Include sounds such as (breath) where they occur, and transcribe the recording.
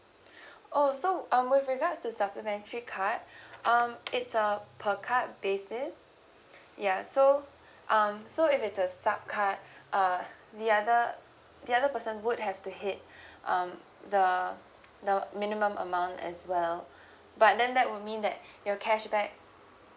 (breath) oh so um with regards to supplementary card (breath) um it's a per card basis (breath) ya so (breath) um so if it's a sub card (breath) uh the other the other person would have to hit (breath) um the the minimum amount as well (breath) but then that would mean that (breath) your cashback